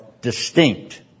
distinct